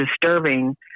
disturbing